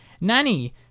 Nanny